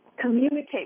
communicate